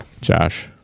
Josh